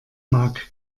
mag